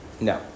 No